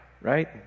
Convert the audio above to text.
right